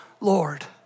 Lord